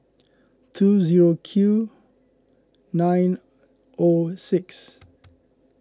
two zero Q nine O six